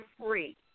free